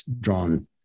drawn